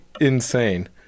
insane